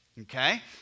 Okay